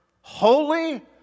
holy